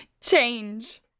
change